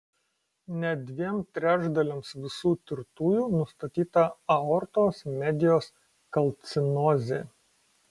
net dviem trečdaliams visų tirtųjų nustatyta aortos medijos kalcinozė